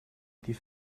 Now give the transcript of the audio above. die